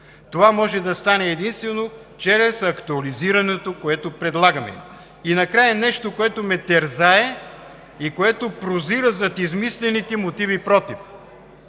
Това може да стане единствено чрез актуализирането, което предлагаме. Накрая нещо, което ме терзае и прозира зад измислените мотиви „против“,